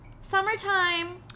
summertime